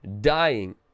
dying